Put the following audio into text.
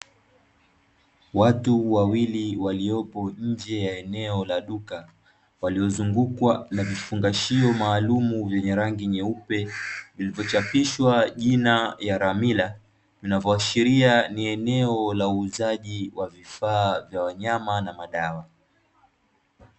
Watu wawili walioko nje ya eneo la duka, waliozungukwa na vifungashio maalumu vyenye rangi nyeupe, vilivyochapishwa jina"Yaramila" vinavyoashiria ni eneo la uuzaji wa vifaa vya wanyama na madawa.